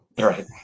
Right